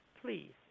please